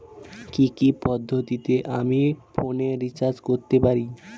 কি কি পদ্ধতিতে আমি ফোনে রিচার্জ করতে পারি?